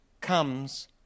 comes